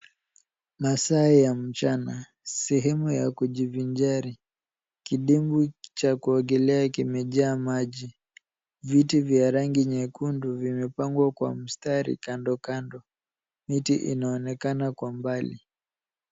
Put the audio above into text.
Masaa ya mchana, sehemu ya kujivinjari. Kidimbwi cha kuogelea kimejaa maji. Viti vya rangi nyekundu vimepangwa kwa mstari kandokando. Miti inaonekana kwa mbali.